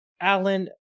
Alan